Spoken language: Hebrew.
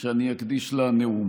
אני רוצה להקדיש את הנאום